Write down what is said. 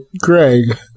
Greg